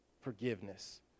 forgiveness